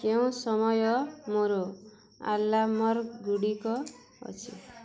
କେଉଁ ସମୟ ମୋର ଆଲର୍ମଗୁଡ଼ିକ ଅଛି